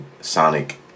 sonic